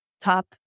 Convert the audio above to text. top